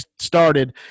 started